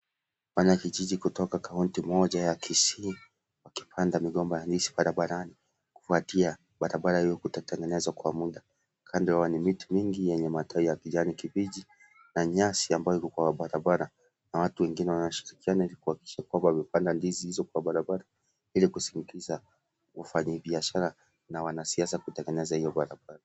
Wanakijiji kutoka kaunti moja ya Kisii wakipanda migomba ya ndizi barabarani kufuatia barabara hiyo kutotengenezwa kwa muda, kando yao ni miti mingi yenye matawi ya kijani kimbichi na nyasi ambayo iko kwa barabara na watu wengine wanashirikiana ili kuhakikisha kwamba wamepanda ndizi hizo kwa barabara ili kusinikiza wafanyibiashara na wanasiasa kutengeneza iyo barabara.